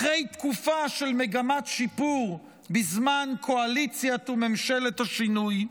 אחרי תקופה של מגמת שיפור בזמן קואליציית וממשלת השינוי,